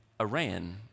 Iran